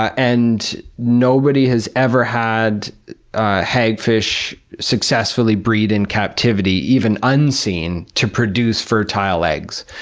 and nobody has ever had hagfish successfully breed in captivity, even unseen, to produce fertile eggs.